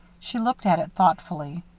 she looked at it thoughtfully.